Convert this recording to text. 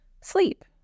sleep